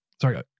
Sorry